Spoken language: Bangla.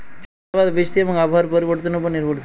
চাষ আবাদ বৃষ্টি এবং আবহাওয়ার পরিবর্তনের উপর নির্ভরশীল